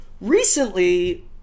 Recently